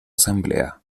asamblea